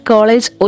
College